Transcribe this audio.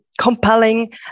compelling